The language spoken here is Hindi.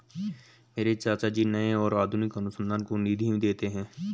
मेरे चाचा जी नए और आधुनिक अनुसंधान को निधि देते हैं